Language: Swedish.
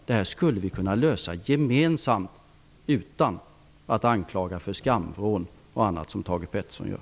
Det här skulle vi kunna lösa gemensamt utan att anklaga och skicka till skamvrån som Thage G Peterson gör.